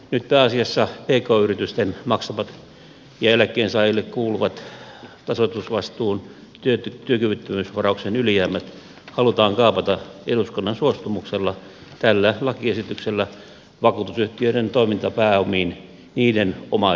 nyt pääasiassa pk yritysten maksamat ja eläkkeensaajille kuuluvat tasoitusvastuun työkyvyttömyysvarauksen ylijäämät halutaan kaapata eduskunnan suostumuksella tällä lakiesityksel lä vakuutusyhtiöiden toimintapääomiin niiden omaisuudeksi